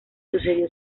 sucedió